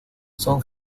son